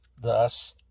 Thus